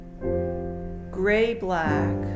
gray-black